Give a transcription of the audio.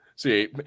See